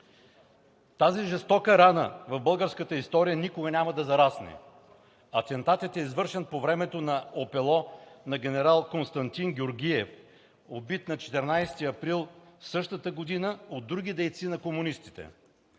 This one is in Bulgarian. Тази жестока рана в българската история никога няма да зарасне. Извършен по времето на опело на генерал Константин Георгиев, убит на 14 април същата година от други дейци на комунистите.